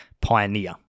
pioneer